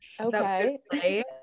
Okay